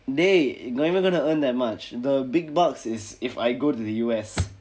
dey not even going to earn that much the big bucks is if I go to the U_S